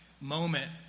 moment